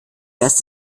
rest